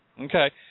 Okay